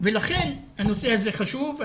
לכן הנושא הזה חשוב.